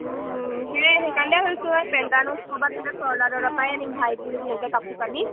সেই সেইকাৰণে থৈছোঁ পেণ্টালুনছ ক'বাত মানে আনিম ভাইটি ধুনিয়াকে তেনেকে কাপোৰ কানি